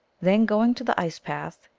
then going to the ice path,